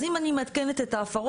אז אם אני מעדכנת את ההפרות,